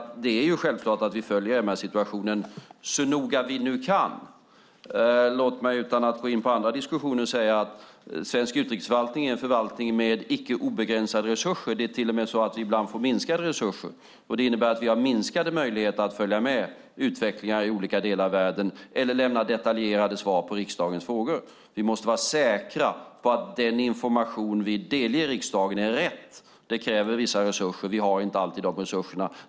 Det är självklart att vi följer MR-situationen så noga vi kan. Låt mig utan att gå in på andra diskussioner säga att svensk utrikesförvaltning är en förvaltning med icke obegränsade resurser. Det är till och med så att vi ibland får minskade resurser. Det innebär att vi har minskade möjligheter att följa med utvecklingen i olika delar av världen eller lämna detaljerade svar på riksdagens frågor. Vi måste vara säkra på att den information vi delger riksdagen är rätt. Det kräver vissa resurser, och vi har inte alltid de resurserna.